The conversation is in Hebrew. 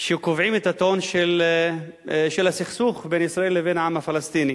שקובעים את הטון של הסכסוך בין ישראל לבין העם הפלסטיני,